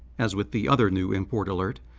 as with the other new import alert,